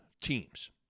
teams